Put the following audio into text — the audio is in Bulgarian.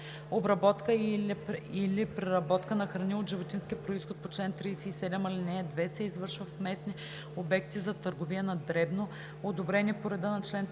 Обработка и/или преработка на храни от животински произход по чл. 37, ал. 2 се извършва в местни обекти за търговия на дребно,